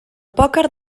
pòquer